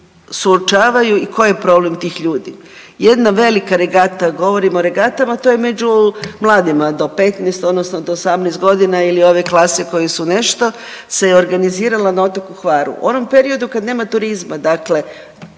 suočavaju i koji je problem tih ljudi. Jedna velika regata, govorim o regatama to je među mladima do 15 odnosno do 18 godina ili ove klase koje su nešto, se je organizirala na otoku Hvaru. U onom periodu kad nema turizma dakle